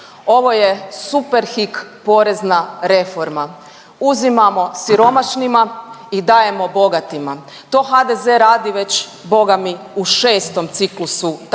Ovo je super hik porezna reforma. Uzimamo siromašnima i dajemo bogatima. To HDZ radi već bogami u 6. ciklusu tzv.